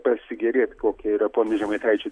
pasigėrėt kokie yra pono žemaitaičio